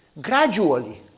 gradually